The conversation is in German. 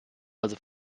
also